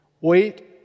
Wait